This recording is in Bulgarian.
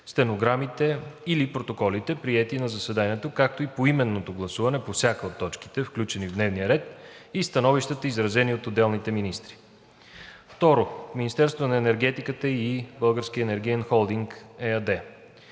стенограмите или протоколите, приети на заседанието, както и поименното гласуване по всяка от точките, включени в дневния ред, и становищата, изразени от отделните министри. Второ, Министерството на енергетиката и „Български енергиен холдинг“ ЕАД.